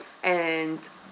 and